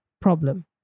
problem